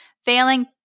failing